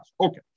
Okay